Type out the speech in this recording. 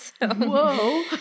Whoa